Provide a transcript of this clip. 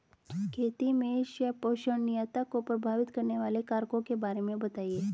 खेती में संपोषणीयता को प्रभावित करने वाले कारकों के बारे में बताइये